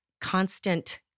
constant